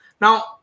Now